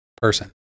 person